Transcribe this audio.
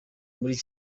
muri